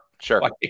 Sure